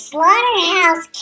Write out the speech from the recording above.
Slaughterhouse